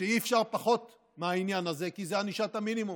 שאי-אפשר פחות מהעניין הזה, כי זה ענישת המינימום.